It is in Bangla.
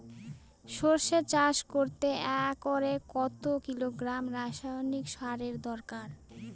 সরষে চাষ করতে একরে কত কিলোগ্রাম রাসায়নি সারের দরকার?